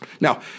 Now